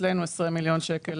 עשרים מיליון שקלים